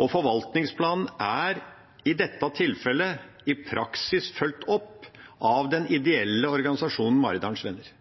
og forvaltningsplanen er i dette tilfellet i praksis fulgt opp av den ideelle organisasjonen Maridalens Venner.